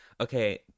okay